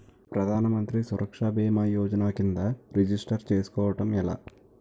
ప్రధాన మంత్రి సురక్ష భీమా యోజన కిందా రిజిస్టర్ చేసుకోవటం ఎలా?